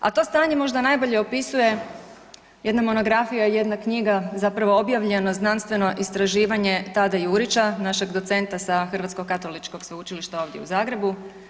A to stanje možda najbolje opisuje jedna monografija, jedna knjiga, zapravo objavljeno znanstveno istraživanje Tade Jurića, našeg docenta sa Hrvatskog katoličkog Sveučilišta ovdje u Zagrebu.